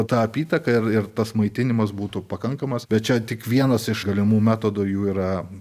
ta apytaka ir ir tas maitinimas būtų pakankamas bet čia tik vienas iš galimų metodų jų yra